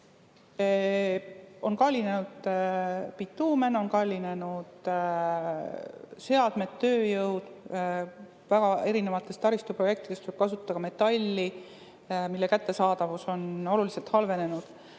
On kallinenud bituumen, on kallinenud seadmed, tööjõud, erinevates taristuprojektides tuleb kasutada ka metalli, mille kättesaadavus on oluliselt halvenenud.